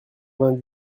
vingt